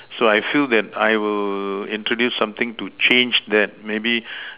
so I feel that I will introduce something to change that maybe